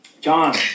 John